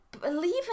believe